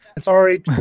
sorry